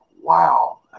wow